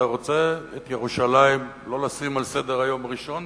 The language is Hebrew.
אתה רוצה את ירושלים לא לשים על סדר-היום ראשונה?